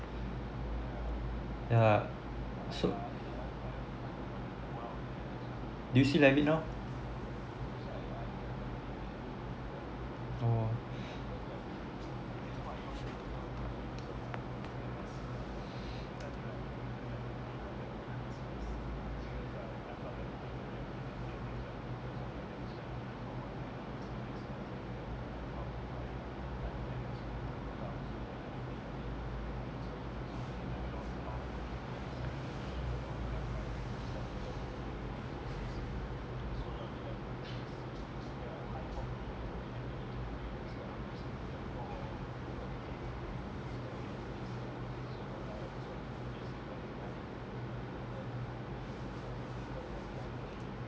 yeah so did you see like me now oh